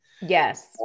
Yes